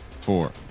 four